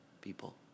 people